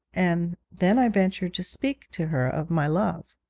and then i ventured to speak to her of my love.